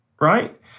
right